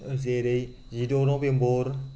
जेरै जिद' नभेम्बर